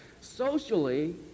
Socially